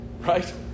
Right